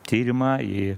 tyrimą į